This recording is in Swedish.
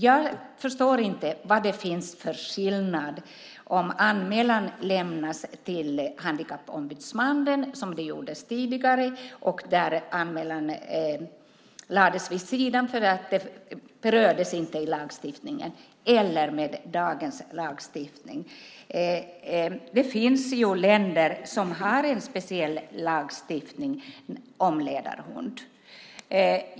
Jag förstår därför inte vad det är för skillnad på att anmälan lämnas till Handikappombudsmannen, som man gjorde tidigare och där anmälan lades åt sidan därför att det inte berördes i lagstiftningen, och dagens lagstiftning. Det finns EU-länder som har en speciell lagstiftning om ledarhund.